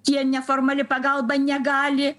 tie neformali pagalba negali